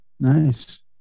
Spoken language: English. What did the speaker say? Nice